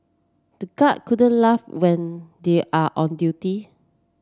the guard couldn't laugh when they are on duty